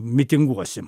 save mitinguosim